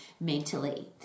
mentally